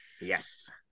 Yes